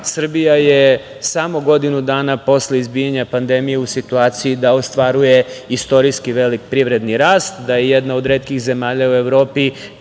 Srbija je samo godinu dana posle izbijanja pandemije u situaciji da ostvaruje istorijski velik privredni rast, da je jedna od retkih zemalja u Evropi